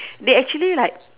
they actually like